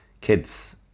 kids